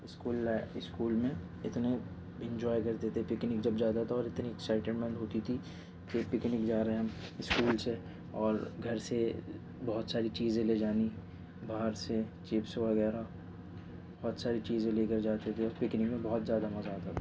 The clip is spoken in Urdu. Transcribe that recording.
اسکول اسکول میں اتنے انجوائے کرتے تھے پکنک جب جاتا تھا اور اتنی اکسائٹمنٹ ہوتی تھی کہ پکنک جا رہے ہیں ہم اسکول سے اور گھر سے بہت ساری چیزیں لے جانی باہر سے چپس وغیرہ بہت ساری چیزیں لے کر جاتے تھے پکنک میں بہت زیادہ مزا آتا تھا